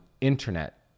internet